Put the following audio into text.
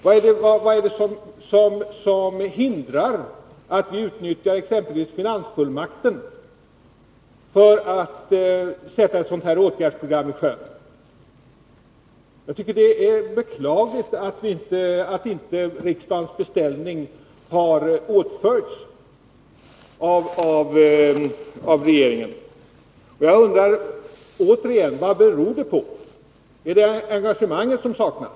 Vad är det som hindrar att ni utnyttjar exempelvis finansfullmakten för att sätta ett sådant här åtgärdsprogram i sjön? Jag tycker att det är beklagligt att inte riksdagens beställning har fullföljts av regeringen. Jag undrar återigen: Vad beror det på? Är det engagemanget som saknas?